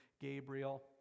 Gabriel